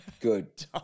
Good